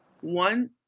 One